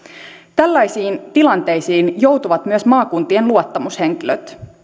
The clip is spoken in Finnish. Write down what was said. tällaisiin tilanteisiin joutuvat myös maakuntien luottamushenkilöt